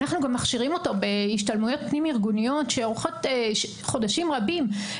אנחנו גם מכשירים אותו בהשתלמויות פנים ארגוניות שאורכות חודשים רבים.